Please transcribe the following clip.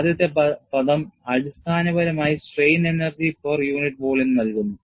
ആദ്യത്തെ പദം അടിസ്ഥാനപരമായി strain energy per unit volume നൽകുന്നു